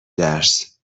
درس